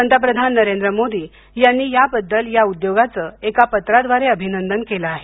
पंतप्रधान नरेंद्र मोदी यांनी याबद्दल या उद्योगाचं एका पत्राद्वारे अभिनंदन केलं आहे